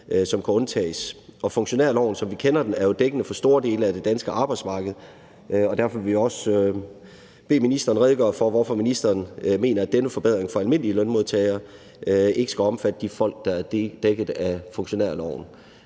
som kan undtages. Funktionærloven, som vi kender den, er jo dækkende for store dele af det danske arbejdsmarked, og derfor vil vi også bede ministeren redegøre for, hvorfor ministeren mener, at denne forbedring for almindelige lønmodtagere ikke skal omfatte de folk, der er dækket af funktionærloven.